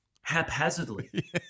haphazardly